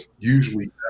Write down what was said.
usually